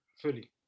Fully